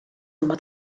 huma